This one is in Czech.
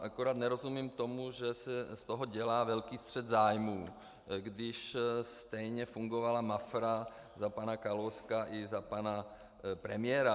Akorát nerozumím tomu, že se z toho dělá velký střet zájmů, když stejně fungovala Mafra za pana Kalouska i za pana premiéra.